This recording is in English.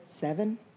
seven